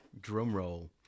Drumroll